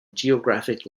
geographic